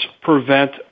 prevent